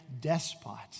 despot